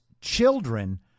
children